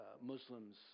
Muslims